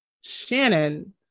Shannon